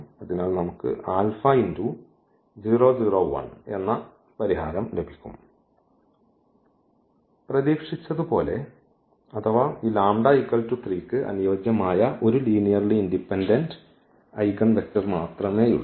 അതിനാൽ നമുക്ക് എന്ന പരിഹാരം ലഭിക്കും പ്രതീക്ഷിച്ചതുപോലെ അഥവാ ഈ λ 3 ന് അനുയോജ്യമായ ഒരു ലീനിയർലി ഇൻഡിപെൻഡന്റ് ഐഗൻവെക്ടർ മാത്രമേയുള്ളൂ